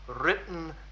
written